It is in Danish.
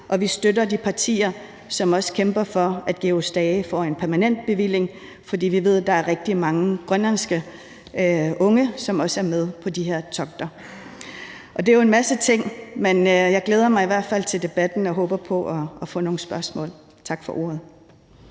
og vi støtter de partier, som også kæmper for, at Georg Stage får en permanent bevilling, fordi vi ved, at der er rigtig mange grønlandske unge, som også er med på de her togter. Det er jo en masse ting, men jeg glæder mig i hvert fald til debatten og håber på at få nogle spørgsmål. Tak for ordet.